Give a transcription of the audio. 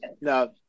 No